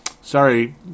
Sorry